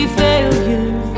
failure